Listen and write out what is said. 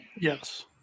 Yes